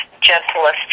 gentlest